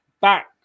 back